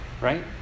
right